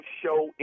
show